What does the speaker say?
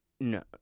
No